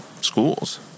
schools